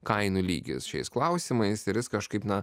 kainų lygis šiais klausimais ir jis kažkaip na